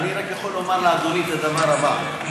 אני רק יכול לומר לאדוני את הדבר הבא.